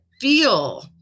feel